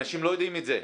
אנשים לא יודעים את זה.